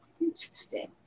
Interesting